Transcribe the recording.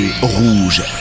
Rouge